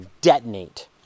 detonate